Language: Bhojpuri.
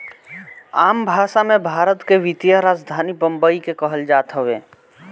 आम भासा मे, भारत के वित्तीय राजधानी बम्बई के कहल जात हवे